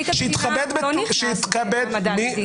שיתכבד --- פרקליט המדינה לא נכנס בהעמדה לדין.